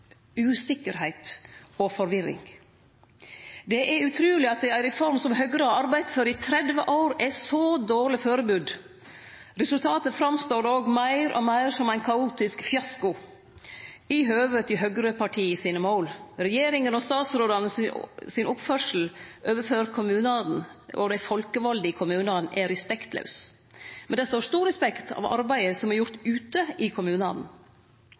usikkerheit og forvirring. Det er utruleg at ei reform som Høgre har arbeidd for i 30 år, er så dårleg førebudd. Resultatet står fram meir og meir som ein kaotisk fiasko i høve til måla til høgrepartia. Oppførselen til regjeringa og statsrådane overfor kommunane og dei folkevalde i kommunane er respektlaus. Men det står stor respekt av arbeidet som er gjort ute i kommunane.